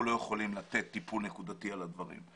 אנחנו לא יכולים לתת טיפול נקודתי בדברים.